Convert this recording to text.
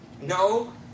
No